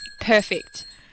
Perfect